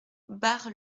bar